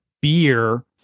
beer